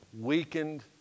weakened